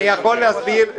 אני יכול להסביר.